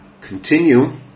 continue